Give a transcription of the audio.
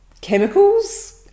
chemicals